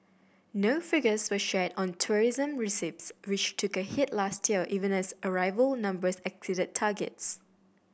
no figures were shared on tourism receipts which took a hit last year even as arrival numbers exceeded targets